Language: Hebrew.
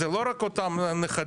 זה לא רק אותם נכדים,